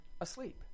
asleep